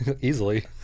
Easily